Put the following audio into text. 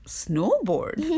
snowboard